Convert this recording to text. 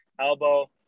Elbow